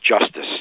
justice